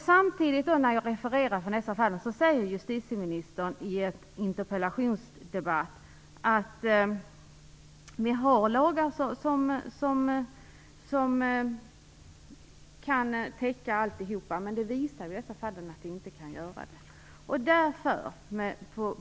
Samtidigt som jag nu refererar dessa fall vet jag att justitieministern i en interpellationsdebatt har sagt att vi har lagar som kan täcka allt. Men de fall jag nämnde visar ju att det inte stämmer.